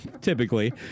typically